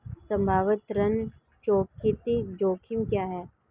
संभावित ऋण चुकौती जोखिम क्या हैं?